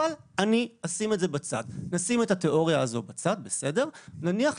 אבל אני אשים את התיאוריה הזאת בצד ולצורך